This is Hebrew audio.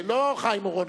לא חיים אורון,